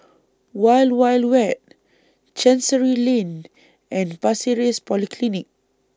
Wild Wild Wet Chancery Lane and Pasir Ris Polyclinic